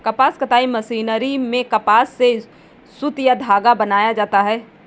कपास कताई मशीनरी में कपास से सुत या धागा बनाया जाता है